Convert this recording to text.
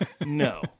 No